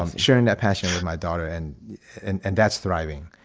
um sharing that passion with my daughter and and and that's thriving.